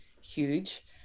huge